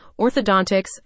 orthodontics